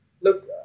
look